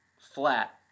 flat